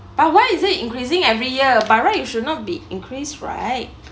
but why is it increasing every year by right it should not be increased right